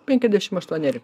penkiasdešim aštuoneri